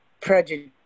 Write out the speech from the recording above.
prejudice